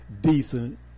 decent